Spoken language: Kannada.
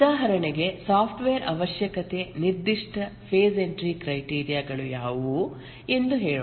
ಉದಾಹರಣೆಗೆ ಸಾಫ್ಟ್ವೇರ್ ಅವಶ್ಯಕತೆ ನಿರ್ದಿಷ್ಟ ಫೆಸ್ ಎಂಟ್ರಿ ಕ್ರೈಟೀರಿಯ ಗಳು ಯಾವುವು ಎಂದು ಹೇಳೋಣ